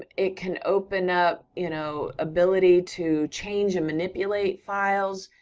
it it can open up you know ability to change and manipulate files,